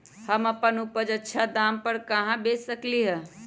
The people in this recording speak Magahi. हम अपन उपज अच्छा दाम पर कहाँ बेच सकीले ह?